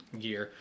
gear